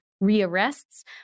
re-arrests